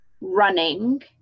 running